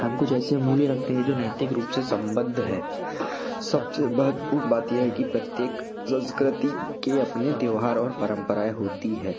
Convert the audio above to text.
हम कुछ ऐसे मूल्य रखते हैं जो नैतिक रूप से संबंद्ध है सब से महत्वपूर्ण बात यह है कि प्रत्येक संस्कृति के अपने त्यौहार और परंपराऍं होती है